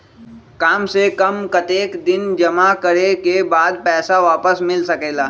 काम से कम कतेक दिन जमा करें के बाद पैसा वापस मिल सकेला?